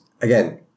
again